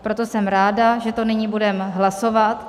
Proto jsem ráda, že to nyní budeme hlasovat.